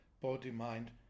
body-mind